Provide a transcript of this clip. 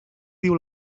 diu